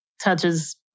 touches